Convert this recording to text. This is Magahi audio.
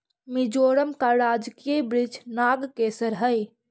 मिजोरम का राजकीय वृक्ष नागकेसर हई